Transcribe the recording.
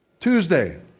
Tuesday